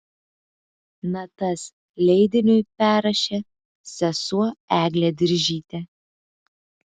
natas leidiniui perrašė sesuo eglė diržytė